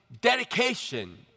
dedication